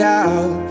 out